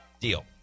Deal